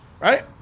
Right